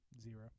Zero